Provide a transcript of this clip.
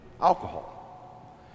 alcohol